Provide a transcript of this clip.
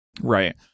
Right